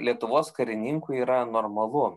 lietuvos karininkui yra normalu